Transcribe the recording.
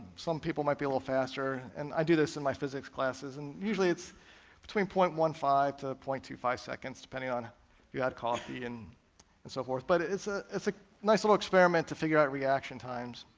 some people might be a little faster, and i do this in my physics classes, and usually it's between point one five to point two five seconds depending on if you had coffee and and so forth, but it's ah it's a nice little experiment to figure out reaction times.